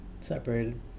separated